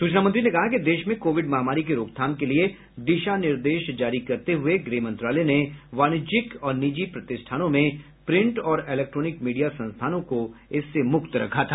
सूचना मंत्री ने कहा कि देश में कोविड महामारी की रोकथाम के लिए दिशानिर्देश जारी करते हुए गृह मंत्रालय ने वाणिज्यिक और निजी प्रतिष्ठानों में प्रिंट और इलेक्ट्रॉनिक मीडिया संस्थानों को इससे मुक्त रखा था